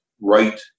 right